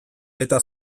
eta